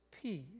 peace